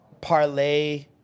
parlay